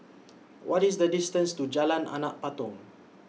What IS The distance to Jalan Anak Patong